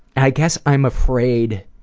i guess i'm afraid,